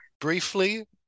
Briefly